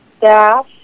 dash